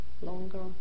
longer